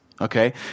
Okay